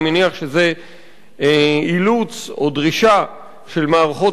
אני מניח שזה אילוץ או דרישה של מערכות